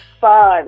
fun